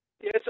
Yes